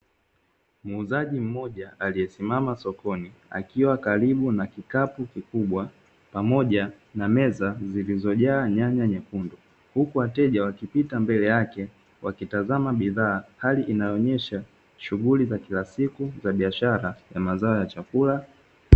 Muuzaji mmoja aliyesimama sokoni akiwa karibu na kikapu kikubwa pamoja na meza zilizojaa nyanya nyekundu. Huku wateja wakipita mbele yake, wakitazama bidhaa hali inayoonesha shughuli za kila siku za biashara ya mazao ya chakula.